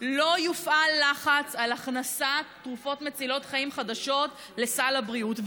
לא יופעל לחץ על הכנסת תרופות מצילות חיים חדשות לסל הבריאות,